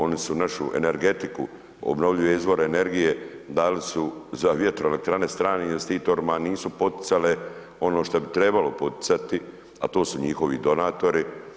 Oni su našu energetiku, obnovljive izvore energije, dali su za vjetroelektrane stranim investitorima, nisu poticale ono što bi trebalo poticati, a to su njihovi donatori.